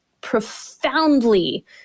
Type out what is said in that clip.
profoundly